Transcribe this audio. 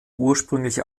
ursprüngliche